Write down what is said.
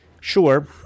Sure